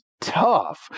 tough